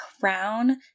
crown